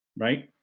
right?